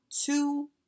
two